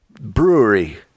Brewery